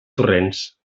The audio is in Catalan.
torrents